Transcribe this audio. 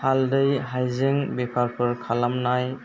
हालदै हायजें बेफारफोर खालामनाय